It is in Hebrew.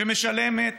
שמשלמת